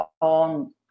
on